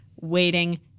waiting